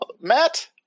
Matt